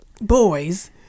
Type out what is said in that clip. boys